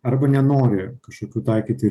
arba nenori kažkokių taikyti